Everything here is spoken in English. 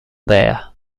there